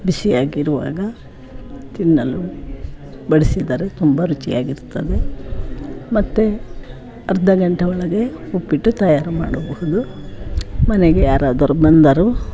ಬಿಸಿಯಾಗಿರುವಾಗ ತಿನ್ನಲು ಬಡಿಸಿದರೆ ತುಂಬ ರುಚಿಯಾಗಿರುತ್ತದೆ ಮತ್ತು ಅರ್ಧ ಗಂಟೆ ಒಳಗೆ ಉಪ್ಪಿಟ್ಟು ತಯಾರಿ ಮಾಡಬಹುದು ಮನೆಗೆ ಯಾರಾದರೂ ಬಂದರೂ